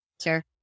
sure